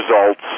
results